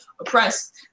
oppressed